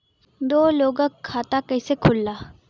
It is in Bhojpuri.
दो लोगक खाता कइसे खुल्ला?